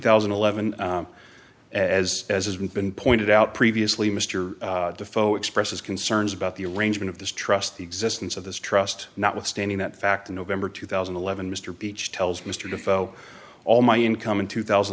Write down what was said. thousand and eleven as as has been pointed out previously mr the photo expresses concerns about the arrangement of this trust the existence of this trust notwithstanding that fact in november two thousand and eleven mr beech tells mr defoe all my income in two thousand